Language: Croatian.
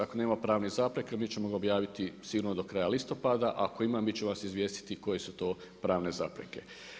Ako nema pravnih zapreka mi ćemo ga objaviti sigurno do kraja listopada, a ako ima mi ćemo vas izvijestiti koje su to pravne zapreke.